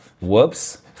Whoops